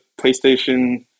PlayStation